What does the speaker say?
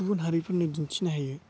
गुबुन हारिफोरनि दिन्थिनो हायो